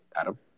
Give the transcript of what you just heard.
Adam